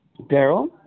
Daryl